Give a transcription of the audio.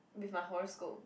with my horoscope